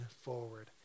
forward